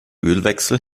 ölwechsel